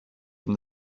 from